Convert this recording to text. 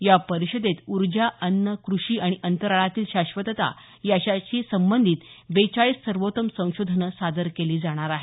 या परिषदेत ऊर्जा अन्न कृषी आणि अंतराळातील शाश्वतता याच्याशी संबंधित बेचाळीस सर्वोत्तम संशोधनं सादर केली जाणार आहेत